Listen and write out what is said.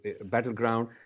battleground